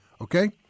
okay